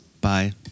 Bye